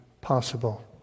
possible